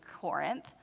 Corinth